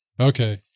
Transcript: Okay